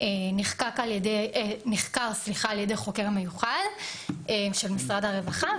נחקר על ידי חוקר מיוחד של משרד הרווחה,